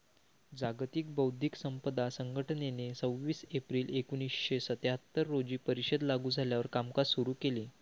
जागतिक बौद्धिक संपदा संघटनेने सव्वीस एप्रिल एकोणीसशे सत्याहत्तर रोजी परिषद लागू झाल्यावर कामकाज सुरू केले